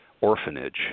orphanage